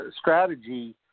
strategy